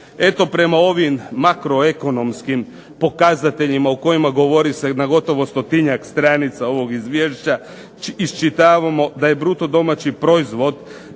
Eto prema ovim makroekonomskim pokazateljima u kojima govori se na gotovo stotinjak stranica ovog izvješća, iščitavamo da je bruto domaći proizvod